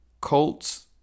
Colts